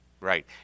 Right